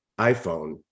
iPhone